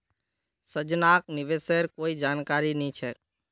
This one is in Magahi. संजनाक निवेशेर कोई जानकारी नी छेक